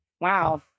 Wow